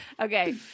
Okay